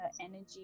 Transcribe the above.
energy